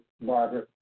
Barbara